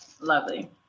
Lovely